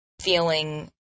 feeling